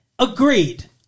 Agreed